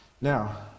Now